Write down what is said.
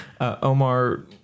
omar